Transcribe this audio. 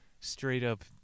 straight-up